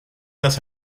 las